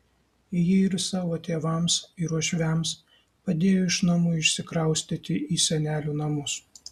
ji ir savo tėvams ir uošviams padėjo iš namų išsikraustyti į senelių namus